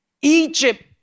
Egypt